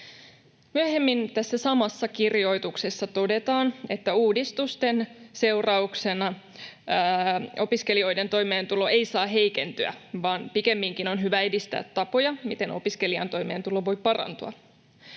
Myöhemmin tässä samassa kirjoituksessa todetaan: ”Uudistuksen seurauksena opiskelijoiden toimeentulo ei saa heikentyä, vaan pikemminkin on hyvä edistää tapoja, miten opiskelijan toimeentulo voi parantua.”